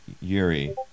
Yuri